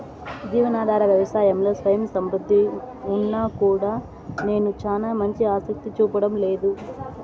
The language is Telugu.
జీవనాధార వ్యవసాయంలో స్వయం సమృద్ధి ఉన్నా కూడా నేడు చానా మంది ఆసక్తి చూపడం లేదు